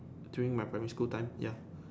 during my primary school time ya